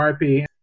RIP